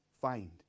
find